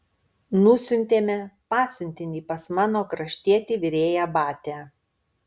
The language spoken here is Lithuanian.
nusiuntėme pasiuntinį pas mano kraštietį virėją batią